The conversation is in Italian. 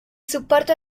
supporto